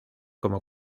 como